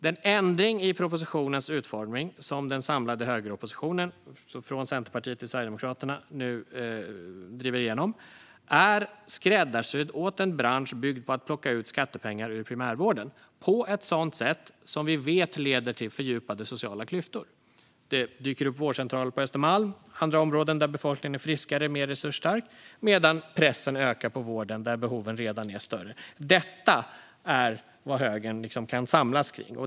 Den ändring i propositionens utformning som den samlade högeroppositionen, från Centerpartiet till Sverigedemokraterna, nu driver igenom är skräddarsydd åt en bransch som är byggd på att plocka ut skattepengar ur primärvården på ett sätt som vi vet leder till fördjupade sociala klyftor. Det dyker upp vårdcentraler på Östermalm och i andra områden där befolkningen är friskare och mer resursstark, medan pressen ökar på vården där behoven redan är större. Detta är vad högern kan samlas kring.